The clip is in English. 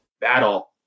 battle